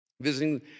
visiting